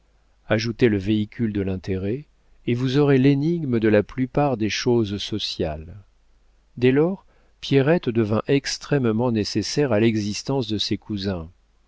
ajoutez le véhicule de l'intérêt et vous aurez l'énigme de la plupart des choses sociales dès lors pierrette devint extrêmement nécessaire à l'existence de ses cousins